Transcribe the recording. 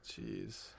Jeez